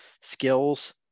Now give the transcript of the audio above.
skills